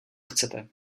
chcete